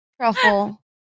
truffle